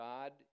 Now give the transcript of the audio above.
God